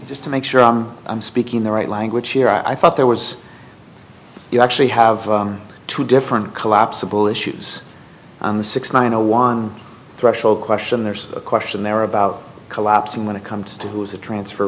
just to make sure i'm speaking the right language here i thought there was you actually have two different collapsible issues on the six nine zero one threshold question there's a question there about collapsing when it comes to who is the transfer